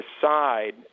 decide